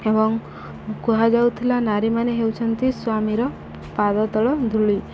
ଏବଂ କୁହାଯାଉଥିଲା ନାରୀମାନେ ହେଉଛନ୍ତି ସ୍ୱାମୀର ପାଦ ତଳ ଧୂଳି